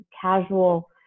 casual